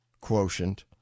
quotient